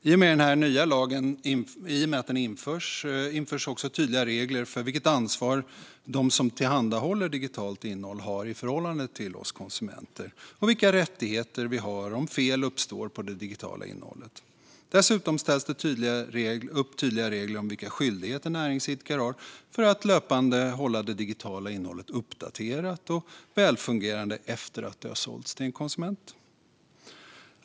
I och med införandet av den här nya lagen införs också tydliga regler för vilket ansvar de som tillhandahåller digitalt innehåll har i förhållande till oss konsumenter och för vilka rättigheter vi har om fel uppstår på det digitala innehållet. Dessutom ställs det upp tydliga regler för vilka skyldigheter näringsidkare har för att löpande hålla det digitala innehållet uppdaterat och välfungerande efter att det har sålts till en konsument.